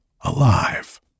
alive